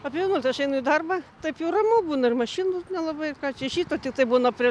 apie vienuoliktą aš einu į darbą taip jau ramu būna ir mašinų nelabai ką čia iš ryto tai būna prie